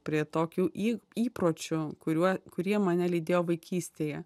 prie tokių į įpročių kuriuo kurie mane lydėjo vaikystėje